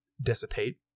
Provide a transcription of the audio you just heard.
dissipate